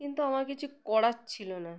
কিন্তু আমার কিছু করার ছিল না